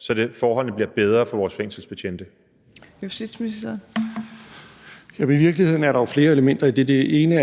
Kl. 15:32 Justitsministeren (Nick Hækkerup): Jamen i virkeligheden er der jo flere elementer i det, hvor et af dem